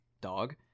dog